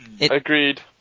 Agreed